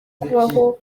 kubaho